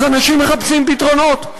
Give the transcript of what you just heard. אז אנשים מחפשים פתרונות,